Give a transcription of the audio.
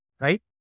right